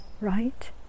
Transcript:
right